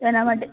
તો એના માટે